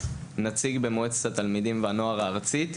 נציג במועצת התלמידים והנוער הארצית.